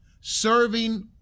serving